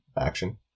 action